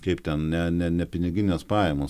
kaip ten ne ne nepiniginės pajamos